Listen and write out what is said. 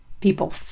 people